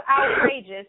outrageous